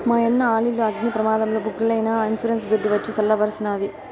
మాయన్న ఆలిల్లు అగ్ని ప్రమాదంల బుగ్గైనా ఇన్సూరెన్స్ దుడ్డు వచ్చి సల్ల బరిసినాది